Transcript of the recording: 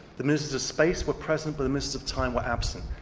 the ministers of space were present but the ministers of time were absent.